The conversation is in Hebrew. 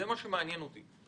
זה מה שמעניין אותי.